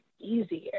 easier